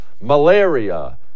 malaria